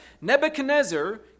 Nebuchadnezzar